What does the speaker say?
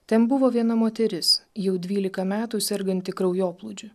ten buvo viena moteris jau dvylika metų serganti kraujoplūdžiu